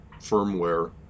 firmware